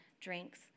drinks